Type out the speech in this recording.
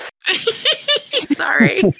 sorry